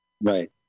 Right